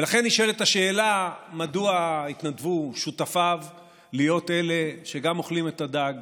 ולכן נשאלת השאלה מדוע התנדבו שותפיו להיות אלה שגם אוכלים את הדג,